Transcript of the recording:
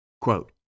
Quote